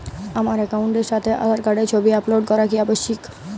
আমার অ্যাকাউন্টের সাথে আধার কার্ডের ছবি আপলোড করা কি আবশ্যিক?